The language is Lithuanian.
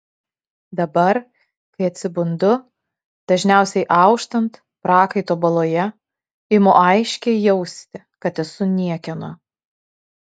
dabar kai atsibundu dažniausiai auštant prakaito baloje imu aiškiai jausti kad esu niekieno